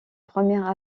première